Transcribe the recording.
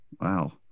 Wow